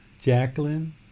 Jacqueline